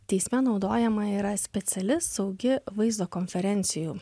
teisme naudojama yra speciali saugi vaizdo konferencijų